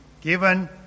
given